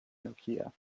nokia